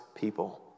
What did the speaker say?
people